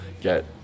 get